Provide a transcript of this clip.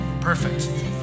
Perfect